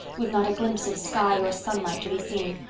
with not a glimpse of sky or sunlight to be seen.